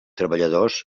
treballadors